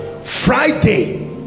friday